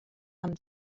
amb